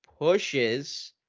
pushes